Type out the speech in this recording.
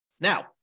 Now